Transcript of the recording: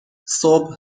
صبح